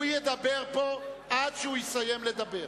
הוא ידבר פה עד שהוא יסיים לדבר.